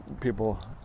people